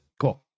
Cool